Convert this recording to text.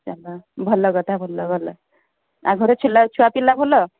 ଚାଲ ଭଲ କଥା ଭଲ ଭଲେ ଆଉ ଘରେ ଛୁଆ ପିଲା ଭଲ